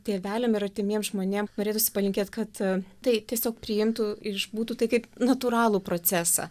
tėveliam ir artimiem žmonėm norėtųsi palinkėt kad tai tiesiog priimtų ir išbūtų tai kaip natūralų procesą